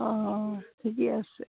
অঁ ঠিকে আছে